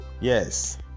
yes